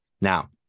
Now